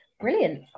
Brilliant